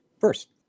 first